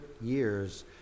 years